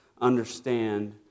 understand